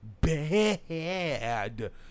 bad